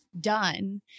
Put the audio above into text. done